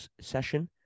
session